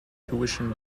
tuition